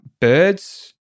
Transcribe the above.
birds